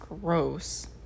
gross